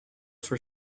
for